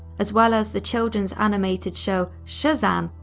as well as the children's animated show shazzan,